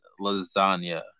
lasagna